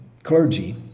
Clergy